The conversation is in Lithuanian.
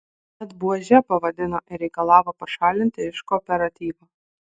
net buože pavadino ir reikalavo pašalinti iš kooperatyvo